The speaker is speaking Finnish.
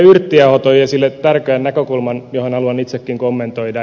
yrttiaho toi esille tärkeän näkökulman jota haluan itsekin kommentoida